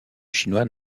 chinois